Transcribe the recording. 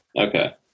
Okay